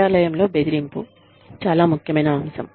కార్యాలయంలో బెదిరింపు చాలా ముఖ్యమైన అంశం